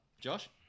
Josh